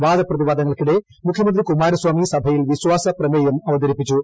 വാദപ്രതിവാദങ്ങൾക്കിടെ മുഖ്യമന്ത്രി കുമാരസ്വാമി സഭയിൽ വിശ്വാസ പ്രമേയം അവതരിപ്പിച്ചു